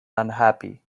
unhappy